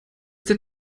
der